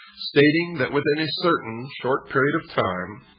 stating that within a certain short period of time,